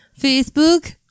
Facebook